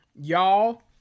Y'all